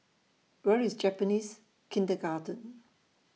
Where IS Japanese Kindergarten